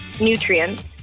nutrients